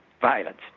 violence